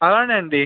అలానే అండి